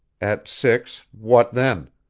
at six what then?